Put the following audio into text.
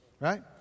Right